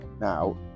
now